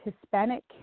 Hispanic